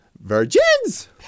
virgins